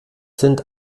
sind